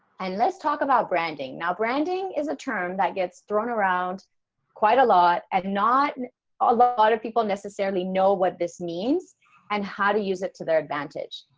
and let's talk about branding. now branding is a term that gets thrown around quite a lot and not a lot of people necessarily know what this means and how to use it to their advantage,